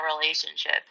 relationship